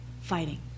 fighting